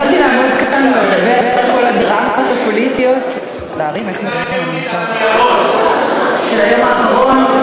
יכולתי לעמוד כאן ולדבר על כל ה"דרמות" הפוליטיות של היום האחרון,